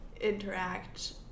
interact